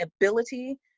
ability